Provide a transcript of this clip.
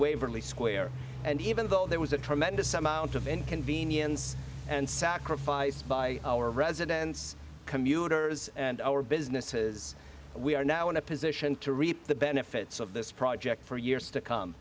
waverly square and even though there was a tremendous amount of inconvenience and sacrifice by our residents commuters and our businesses we are now in a position to reap the benefits of this project for years to come